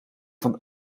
van